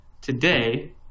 today